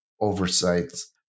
oversights